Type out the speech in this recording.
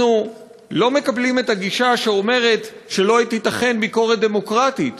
אנחנו לא מקבלים את הגישה שאומרת שלא תיתכן ביקורת דמוקרטית,